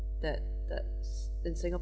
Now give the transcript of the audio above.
that that s~ in singapore